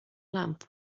lamp